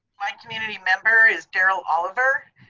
my community member is darryl oliver.